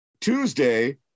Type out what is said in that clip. Tuesday